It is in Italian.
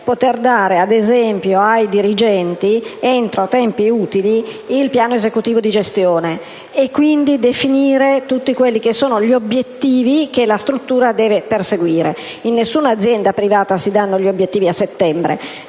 poter dare ai dirigenti, entro tempi utili, il piano esecutivo di gestione e definire, quindi, tutti gli obiettivi che la struttura deve perseguire. In nessuna azienda privata si danno gli obiettivi nel mese